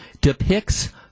depicts